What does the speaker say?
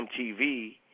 MTV